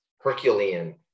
Herculean